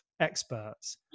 experts